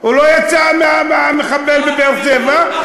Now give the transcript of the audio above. הוא לא יצא המחבל בבאר-שבע,